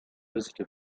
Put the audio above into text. visitor